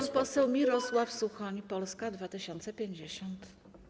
Pan poseł Mirosław Suchoń, Polska 2050.